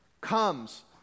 comes